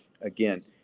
again